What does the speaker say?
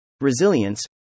Resilience